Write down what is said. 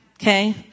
Okay